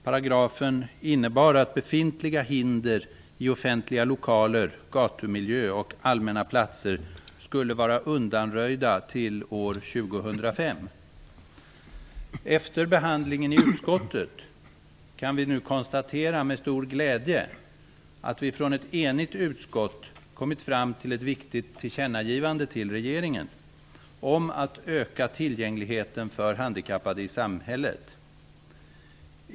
Paragrafen innebar att befintliga hinder i offentliga lokaler, gatumiljö och på allmänna platser skulle vara undanröjda till år 2005. Efter behandlingen i utskottet kan vi nu med stor glädje konstatera att ett enigt utskott kommit fram till att göra ett viktigt tillkännagivande till regeringen om att öka tillgängligheten för handikappade i samhället.